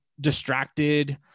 distracted